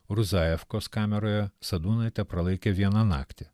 ruzajefkos kameroje sadūnaitę pralaikė vieną naktį